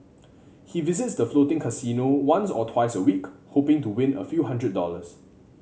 he visits the floating casino once or twice a week hoping to win a few hundred dollars